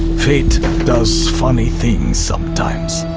fate does funny things sometimes.